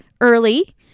early